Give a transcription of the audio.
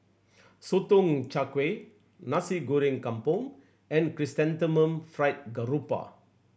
Sotong Char Kway Nasi Goreng Kampung and Chrysanthemum Fried Garoupa